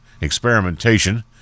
experimentation